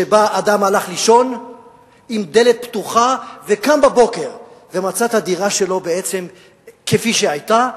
שבה אדם הלך לישון עם דלת פתוחה וקם בבוקר ומצא את הדירה שלו כפי שהיתה,